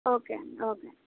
okay అండి okay అండి